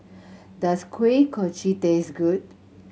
does Kuih Kochi taste good